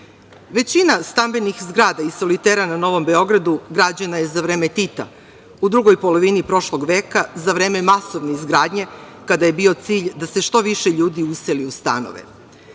Većina stambenih zgrada i solitera na Novom Beogradu građena je za vreme Tita, u drugoj polovini prošlog veka, za vreme masovne izgradnje, kada je bio cilj da se što više ljudi useli u stanove.